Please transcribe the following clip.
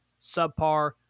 subpar